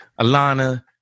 Alana